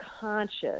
conscious